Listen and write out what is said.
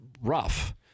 rough